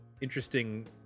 interesting